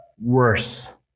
worse